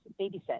babysit